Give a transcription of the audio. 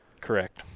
Correct